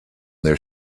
their